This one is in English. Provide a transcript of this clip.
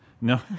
No